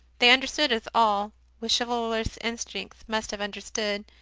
they understood, as all with chivalrous instincts must have understood,